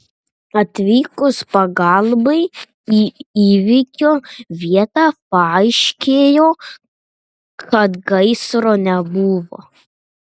atvykus pagalbai į įvykio vietą paaiškėjo kad gaisro nebuvo